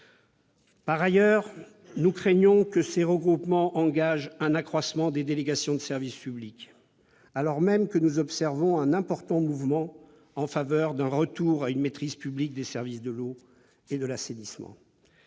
Par ailleurs, nous craignons que ces regroupements engagent un accroissement des délégations de service public, alors même que nous observons un important mouvement en faveur d'un retour à une maîtrise publique des services de l'eau et de l'assainissement.